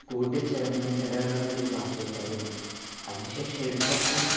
കൂട്ടിച്ചേർന്ന് ഇടകലർന്ന ഒരു ഭാഷയായിട്ടായിരുന്നു അതിനുശേഷം എഴുത്തച്ഛൻ